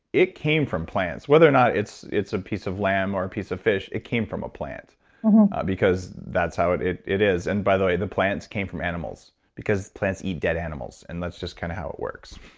it came from plants, whether or not it's it's a piece of lamb or a piece of fish, it came from a plant because that's how it it is. and by the way, the plants came from animals because plants eat dead animals and that's just kind of how it works